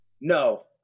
No